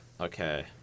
Okay